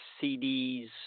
CD's